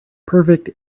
perfect